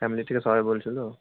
এমনি থেকে সবাই বলছিল